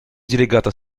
делегата